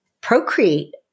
procreate